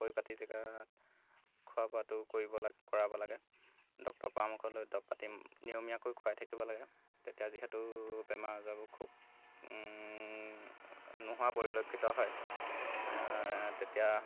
পৰিপাতি জেগাত খোৱা বোৱাটো কৰিব লাগে কৰাব লাগে ডক্টৰ পৰামৰ্শ লৈ দৰৱ পাতি নিয়মীয়াকৈ খুৱাই থাকিব লাগে তেতিয়া যিহেতু বেমাৰ আজাৰো খুব নোহোৱা পৰিলক্ষিত হয় তেতিয়া